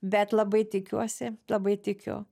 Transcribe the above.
bet labai tikiuosi labai tikiu